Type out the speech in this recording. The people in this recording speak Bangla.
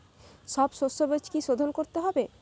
সব শষ্যবীজ কি সোধন করতে হবে?